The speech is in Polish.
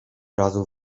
razu